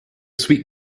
sweet